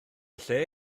lle